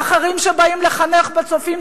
האחרים שבאים לחנך ב"צופים",